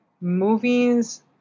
movies